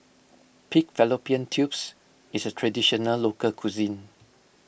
Pig Fallopian Tubes is a Traditional Local Cuisine